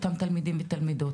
אותם תלמידים ותלמידות.